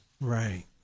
Right